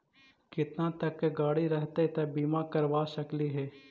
केतना तक के गाड़ी रहतै त बिमा करबा सकली हे?